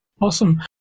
Awesome